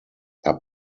are